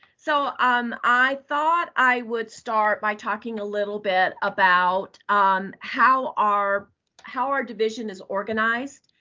so um i thought i would start by talking a little bit about um how our how our division is organized.